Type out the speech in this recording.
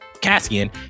Cassian